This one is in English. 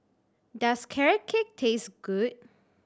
does Carrot Cake taste good